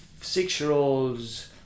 six-year-olds